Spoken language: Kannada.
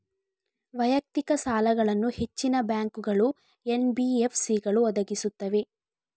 ವೈಯಕ್ತಿಕ ಸಾಲಗಳನ್ನು ಹೆಚ್ಚಿನ ಬ್ಯಾಂಕುಗಳು, ಎನ್.ಬಿ.ಎಫ್.ಸಿಗಳು ಒದಗಿಸುತ್ತವೆ